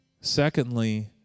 Secondly